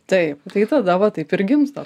taip tai tada va taip ir gimsta